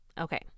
Okay